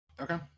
Okay